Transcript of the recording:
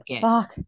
Fuck